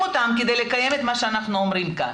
אותם כדי לקיים את מה שאנחנו אומרים כאן.